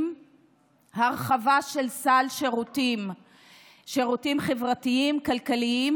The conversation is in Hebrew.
הרחבה של סל שירותים חברתיים וכלכליים,